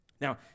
Now